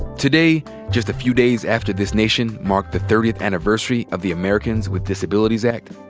today just a few days after this nation marked the thirtieth anniversary of the americans with disabilities act,